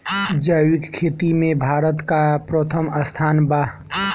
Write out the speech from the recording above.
जैविक खेती में भारत का प्रथम स्थान बा